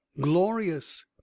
glorious